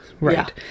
right